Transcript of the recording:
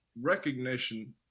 recognition